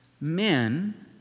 Men